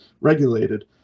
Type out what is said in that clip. regulated